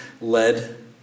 led